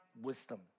wisdom